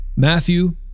Matthew